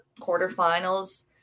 quarterfinals